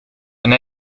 and